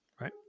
Right